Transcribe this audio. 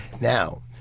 Now